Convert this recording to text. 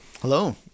Hello